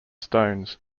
stones